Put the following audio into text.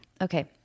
Okay